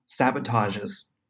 sabotages